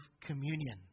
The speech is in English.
communion